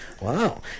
Wow